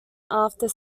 after